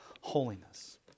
holiness